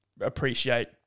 appreciate